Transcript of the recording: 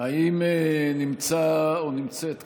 האם נמצא או נמצאת כאן,